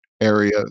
area